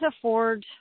afford